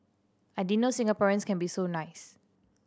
I didn't know Singaporeans can be so nice